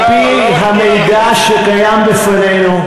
על-פי המידע שקיים בפנינו,